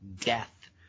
death